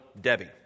Debbie